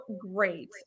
great